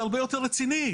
זה הרבה יותר רציני,